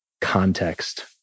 context